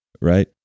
right